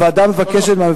הוועדה מבקשת, לא, לא.